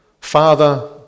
Father